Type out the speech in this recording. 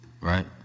right